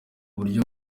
buryo